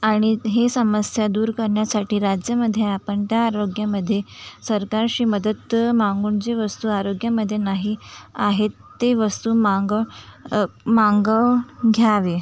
आणि ही समस्या दूर करण्यासाठी राज्यामध्ये आपण त्या आरोग्यामध्ये सरतारशी मदत मागून जी वस्तू आरोग्यामध्ये नाही आहेत ते वस्तू मांग मागव घ्यावे